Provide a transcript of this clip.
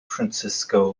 francisco